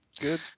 Good